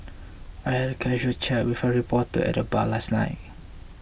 I had a casual chat with reporter at the bar last night